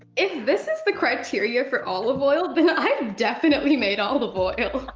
if this is the criteria for olive oil, then i've definitely made olive oil.